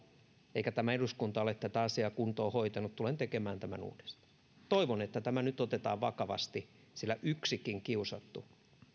eikä tämä eduskunta ole tätä asiaa kuntoon hoitanut tulen tekemään tämän uudestaan toivon että tämä nyt otetaan vakavasti sillä yksikin kiusattu